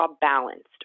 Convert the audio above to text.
balanced